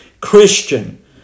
Christian